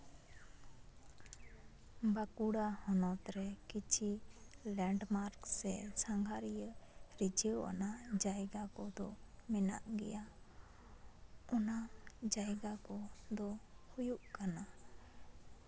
ᱵᱟᱸᱠᱩᱲᱟ ᱦᱚᱱᱚᱛᱨᱮ ᱠᱤᱪᱷᱤ ᱞᱮᱱᱰᱢᱟᱨᱠ ᱥᱮ ᱥᱟᱸᱜᱷᱟᱨᱤᱭᱟᱹ ᱨᱤᱡᱷᱟᱹᱣ ᱟᱱᱟᱜ ᱡᱟᱭᱜᱟ ᱠᱚᱫᱚ ᱢᱮᱱᱟᱜ ᱜᱮᱭᱟ ᱚᱱᱟ ᱡᱟᱭᱜᱟ ᱠᱚ ᱫᱚ ᱦᱩᱭᱩᱜ ᱠᱟᱱᱟ